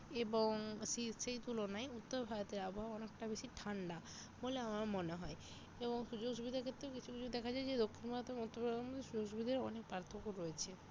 এবং সেই সেই তুলনায় উত্তর ভারতের আবহাওয়া অনেকটা বেশি ঠান্ডা বলে আমার মনে হয় এবং সুযোগ সুবিধার ক্ষেত্রেও কিছু কিছু দেখা যায় যে দক্ষিণ ভারতের উত্তর ভারতের মধ্যে সুযোগ সুবিধার অনেক পার্থক্য রয়েছে